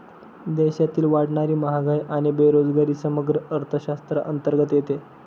देशातील वाढणारी महागाई आणि बेरोजगारी समग्र अर्थशास्त्राअंतर्गत येते